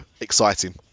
exciting